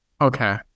Okay